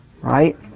right